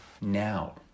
now